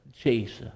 Jesus